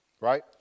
right